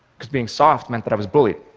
because being soft meant that i was bullied.